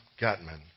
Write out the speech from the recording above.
Gutman